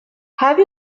have